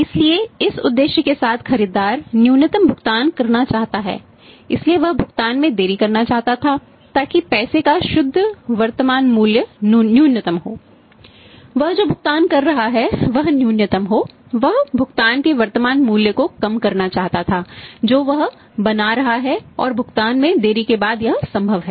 इसलिए इस उद्देश्य के साथ खरीददार न्यूनतम भुगतान करना चाहता है इसलिए वह भुगतान में देरी करना चाहता था ताकि पैसे का शुद्ध वर्तमान मूल्य न्यूनतम हो वह जो भुगतान कर रहा है वह न्यूनतम हो वह भुगतान के वर्तमान मूल्य को कम करना चाहता था जो वह बना रहा है और भुगतान में देरी के बाद यह संभव है